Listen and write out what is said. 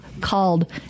called